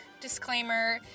disclaimer